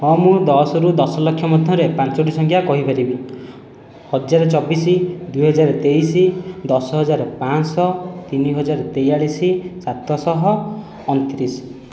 ହଁ ମୁଁ ଦଶରୁ ଦଶ ଲକ୍ଷ ମଧ୍ୟରେ ପାଞ୍ଚଟି ସଂଖ୍ୟା କହିପାରିବି ହଜାରେ ଚବିଶ ଦୁଇ ହଜାର ତେଇଶ ଦଶ ହଜାର ପାଞ୍ଚଶହ ତିନି ହଜାର ତେୟାଳିଶ ସାତଶହ ଅଣତିରିଶ